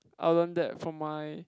I learn that from my